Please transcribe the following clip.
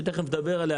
שתכף נדבר עליה,